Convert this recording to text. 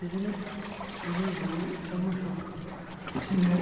बिदिनो दा बे हिसाबावनो दा मोसौफोर फिसिनो